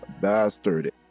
bastard